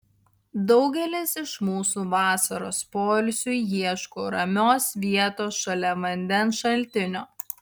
daugelis iš mūsų vasaros poilsiui ieško ramios vietos šalia vandens šaltinio